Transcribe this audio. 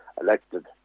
elected